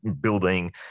building